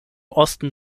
osten